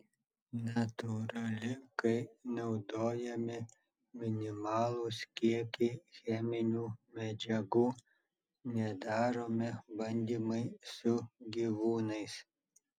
natūrali kai naudojami minimalūs kiekiai cheminių medžiagų nedaromi bandymai su gyvūnais